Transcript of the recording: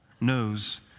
knows